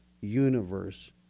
universe